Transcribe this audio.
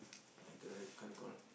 I cannot cannot recall